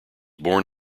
born